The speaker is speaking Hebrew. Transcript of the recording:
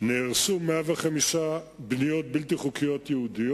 נהרסו 105 מבנים בלתי חוקיים יהודיים